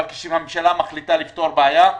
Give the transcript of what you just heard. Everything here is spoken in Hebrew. אבל כשממשלה מחליטה לפתור בעיה,